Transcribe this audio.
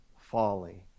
folly